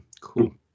Cool